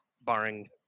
Barring